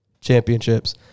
Championships